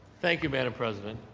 thank you, madam president.